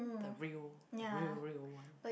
the real the real real one